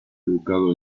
educado